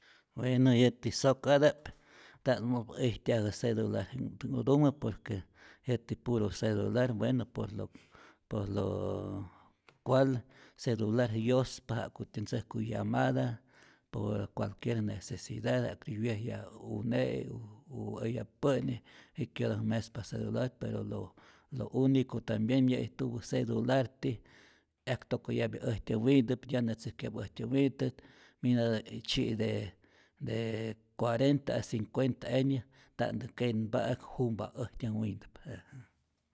Bueno yäti sokata'p ntap mau ijtyajä celularji'kji'knhtumä, por que yäti puro celular bueno por lo por lo cual celular yospa ja'kutyä ntzäjku llamada por cualquier necesida, ja'ku wyejyaju une'i u eyap pä'ni, jikyota mespa celular, pero lo lo unico tambien nyä'ijtupä celularti 'yajtokojyapya äjtyä wintäp, tyanyatzäjkapya äjtyä witäp, minatä tzyi'i de de cuarenta a cincuenta año nta'ntä kenpa'äk jumpa äjtyä wintäp.